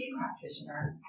practitioners